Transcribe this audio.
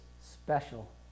special